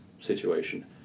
situation